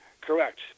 Correct